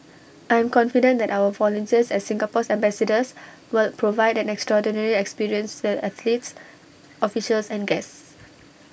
I am confident that our volunteers as Singapore's ambassadors will provide an extraordinary experience to the athletes officials and guests